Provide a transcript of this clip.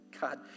God